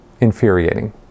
infuriating